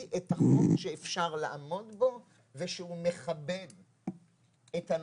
את החוק שאפשר לעמוד בו ושהוא מכבד את הנופלים,